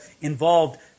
involved